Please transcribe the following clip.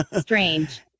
Strange